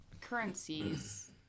currencies